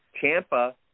Tampa